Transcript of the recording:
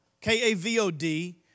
K-A-V-O-D